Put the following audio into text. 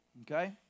Okay